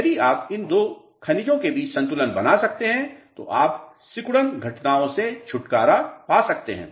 यदि आप इन दो खनिजों के बीच संतुलन बना सकते हैं तो आप सिकुड़न घटनाओं से छुटकारा पा सकते हैं